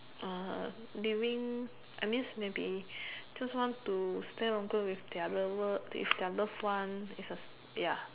uh during I mean maybe just want to stay longer with their real work with their loved one is a ya